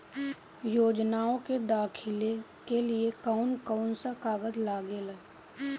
योजनाओ के दाखिले के लिए कौउन कौउन सा कागज लगेला?